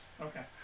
Okay